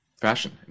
fashion